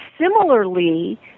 similarly